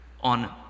on